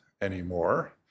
anymore